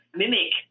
mimic